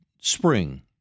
spring